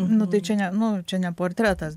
nu tai čia ne nu čia ne portretas